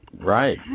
Right